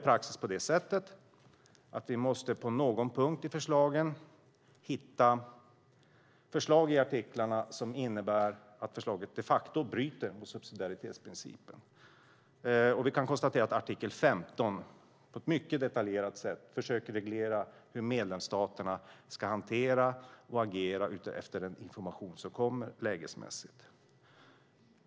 Praxis är sådan att vi på någon punkt måste hitta förslag i artiklarna som innebär att förslaget de facto bryter mot subsidiaritetsprincipen. Vi kan konstatera att artikel 15 på ett mycket detaljerat sätt försöker reglera hur medlemsstaterna ska hantera och agera efter den information som kommer lägesmässigt.